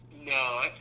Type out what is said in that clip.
No